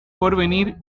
porvenir